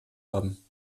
haben